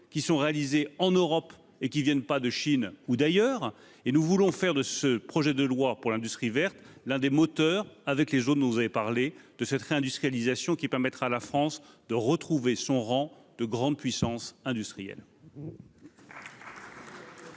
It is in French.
productions réalisées en Europe, et non pas en Chine ou ailleurs. Bref, nous voulons faire de ce projet de loi pour l'industrie verte l'un des moteurs, avec les zones dont vous avez parlé, de cette réindustrialisation, qui permettra à la France de retrouver son rang de grande puissance industrielle.